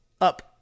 up